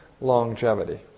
longevity